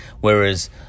whereas